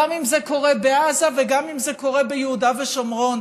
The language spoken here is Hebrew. גם אם זה קורה בעזה וגם אם זה קורה ביהודה ושומרון.